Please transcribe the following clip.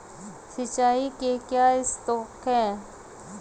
सिंचाई के क्या स्रोत हैं?